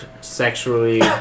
sexually